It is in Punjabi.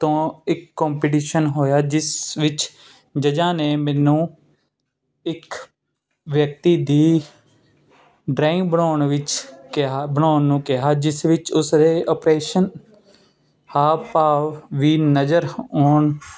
ਤੋਂ ਇੱਕ ਕੰਪੀਟੀਸ਼ਨ ਹੋਇਆ ਜਿਸ ਵਿੱਚ ਜੱਜਾਂ ਨੇ ਮੈਨੂੰ ਇੱਕ ਵਿਅਕਤੀ ਦੀ ਡਰਾਇੰਗ ਬਣਾਉਣ ਵਿੱਚ ਕਿਹਾ ਬਣਾਉਣ ਨੂੰ ਕਿਹਾ ਜਿਸ ਵਿੱਚ ਉਸਦੇ ਆਪਰੇਸ਼ਨ ਹਾਵ ਭਾਵ ਵੀ ਨਜ਼ਰ ਆਉਣ